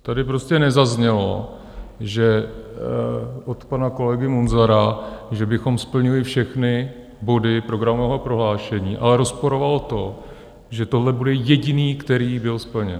Tady prostě nezaznělo od pana kolegy Munzara, že bychom splnili všechny body programového prohlášení, ale rozporoval to, že tohle bude jediný, který byl splněn.